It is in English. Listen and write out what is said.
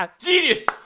genius